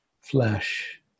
flesh